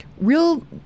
real